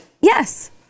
yes